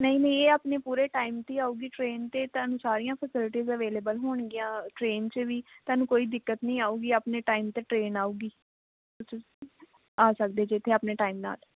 ਨਹੀਂ ਨਹੀਂ ਇਹ ਆਪਣੇ ਪੂਰੇ ਟਾਇਮ 'ਤੇ ਹੀ ਆਉਗੀ ਟਰੇਨ ਅਤੇ ਤੁਹਾਨੂੰ ਸਾਰੀਆਂ ਫਸੀਲੀਟਸ ਅਵੇਲੇਵਲ ਹੋਣਗੀਆਂ ਟਰੇਨ 'ਚ ਵੀ ਤੁਹਾਨੂੰ ਕੋਈ ਦਿੱਕਤ ਨਹੀਂ ਆਉਗੀ ਆਪਣੇ ਟਾਈਮ 'ਤੇ ਟਰੇਨ ਆਉਗੀ ਤੁਸੀਂ ਆ ਸਕਦੇ ਜੇ ਇੱਥੇ ਆਪਣੇ ਟਾਈਮ ਨਾਲ